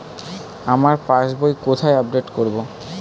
আমার পাস বই কোথায় আপডেট করব?